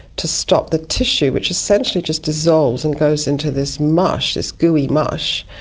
to stop the tissue, which essentially just dissolves and goes into this mush, this gooey mush,